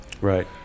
Right